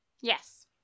Yes